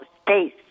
space